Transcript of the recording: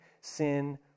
sin